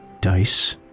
dice